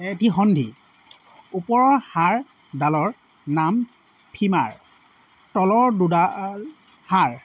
এটি সন্ধি ওপৰৰ হাড়ডালৰ নাম ফিমাৰ তলৰ দুডাল হাড়